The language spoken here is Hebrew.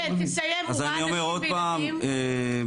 אז אני אומר עוד פעם,